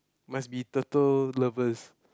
must be turtle lovers